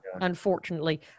unfortunately